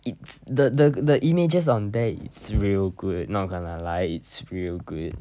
it's the the g~ the images on there it's real good not gonna lie it's real good